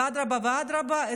ואדרבה ואדרבה,